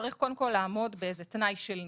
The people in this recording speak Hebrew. שצריך קודם כל לעמוד בתנאי של נכות,